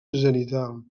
zenital